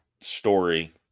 story